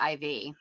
IV